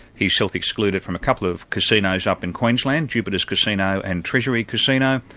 he self-excluded from a couple of casinos up in queensland jupiter's casino and treasury casino,